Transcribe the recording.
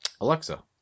Alexa